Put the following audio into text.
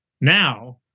now